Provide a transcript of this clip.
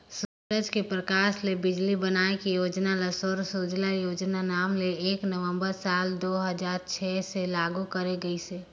सूरज के परकास ले बिजली बनाए के योजना ल सौर सूजला योजना नांव ले एक नवंबर साल दू हजार छै से लागू करे गईस